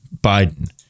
Biden